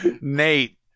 Nate